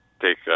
Take